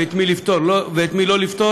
את מי לפטור ואת מי לא לפטור,